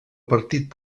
partit